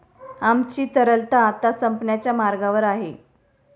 आमची तरलता आता संपण्याच्या मार्गावर आहे